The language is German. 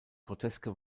groteske